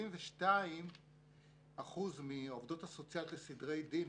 72 אחוזים מהעובדות הסוציאליות לסדרי דין,